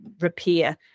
repair